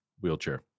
wheelchair